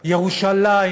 ירושלים,